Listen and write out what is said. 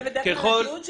זה הטיעון שלהם,